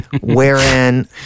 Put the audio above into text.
wherein